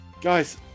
Guys